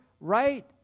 right